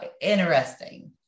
Interesting